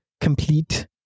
complete